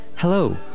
Hello